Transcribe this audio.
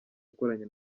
yakoranye